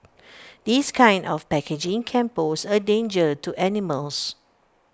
this kind of packaging can pose A danger to animals